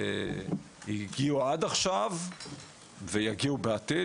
הגיעו עד עכשיו ויגיעו בעתיד,